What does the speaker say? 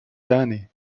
danny